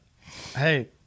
hey